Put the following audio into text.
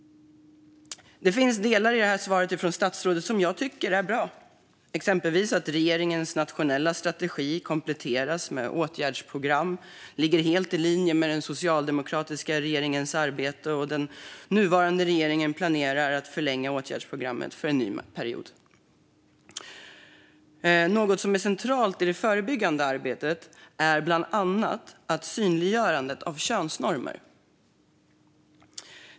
Det finns delar i svaret från statsrådet som jag tycker är bra. Att regeringens nationella strategi kompletteras med åtgärdsprogram ligger exempelvis helt i linje med den socialdemokratiska regeringens arbete, liksom att den nuvarande regeringen planerar att förlänga åtgärdsprogrammet för en ny period. Centralt i det förebyggande arbetet är bland annat synliggörandet av könsnormer.